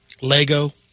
Lego